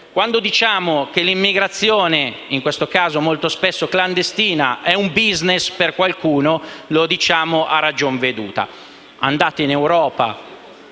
Quando diciamo che l'immigrazione, in questo caso molto spesso clandestina, è un *business* per qualcuno, lo diciamo a ragion veduta. Tra qualche